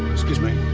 excuse me.